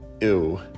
Ew